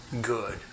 good